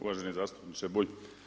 Uvaženi zastupniče Bulj.